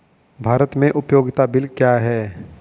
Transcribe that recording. भारत में उपयोगिता बिल क्या हैं?